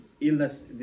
illness